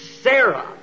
Sarah